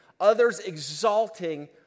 others-exalting